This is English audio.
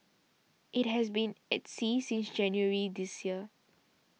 it has been at sea since January this year